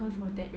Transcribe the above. hmm